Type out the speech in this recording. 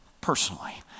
personally